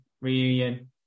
reunion